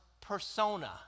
persona